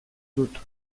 dut